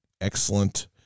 excellent